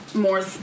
more